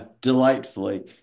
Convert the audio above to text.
delightfully